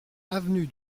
avenue